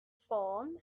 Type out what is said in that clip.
farm